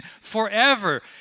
forever